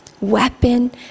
Weapon